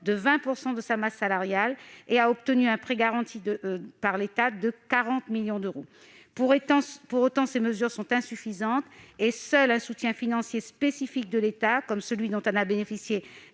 de 20 % de sa masse salariale, et a obtenu un prêt garanti par l'État de 40 millions d'euros. Pour autant, ces mesures sont insuffisantes, et seul un soutien financier spécifique de l'État, comme celui dont ont bénéficié